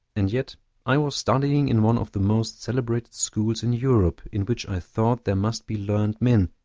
and yet i was studying in one of the most celebrated schools in europe, in which i thought there must be learned men,